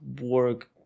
work